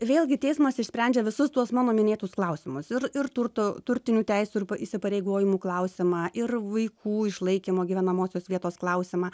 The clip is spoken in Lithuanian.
vėlgi teismas išsprendžia visus tuos mano minėtus klausimus ir ir turto turtinių teisių ir įsipareigojimų klausimą ir vaikų išlaikymo gyvenamosios vietos klausimą